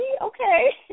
okay